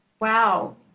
wow